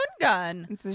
gun